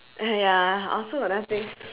ya I also got nothing